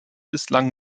bislang